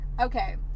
Okay